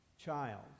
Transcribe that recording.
child